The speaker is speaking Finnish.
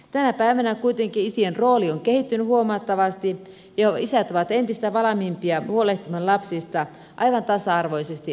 tänä päivänä kuitenkin isien rooli on kehittynyt huomattavasti ja isät ovat entistä valmiimpia huolehtimaan lapsista aivan tasa arvoisesti naisten kanssa